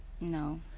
No